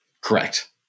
Correct